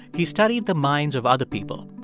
he studied the minds of other people.